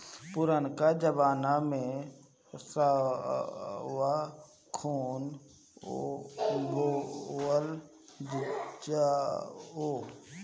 पुरनका जमाना में सावा खूब बोअल जाओ